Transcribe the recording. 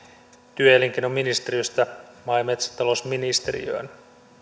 työ ja elinkeinoministeriöstä maa ja metsätalousministeriöön